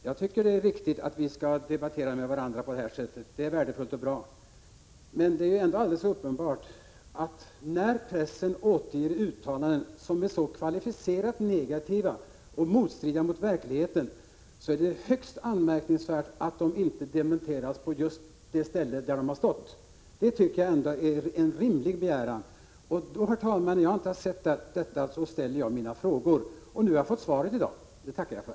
Herr talman! Jag tycker att det är riktigt att vi skall debattera med varandra på detta sätt — det är värdefullt och bra att vi gör det. Men det är ändå alldeles uppenbart, att när pressen återger uttalanden som är så kvalificerat negativa och som strider mot verkligheten framstår det som högst anmärkningsvärt att de inte dementeras på just det ställe där de har förts fram. Jag tycker att det är en rimlig begäran att så sker. När jag inte har sett en sådan dementi ställer jag mina frågor, och nu har jag fått svar, vilket jag tackar för.